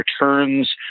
returns